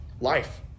life